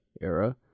era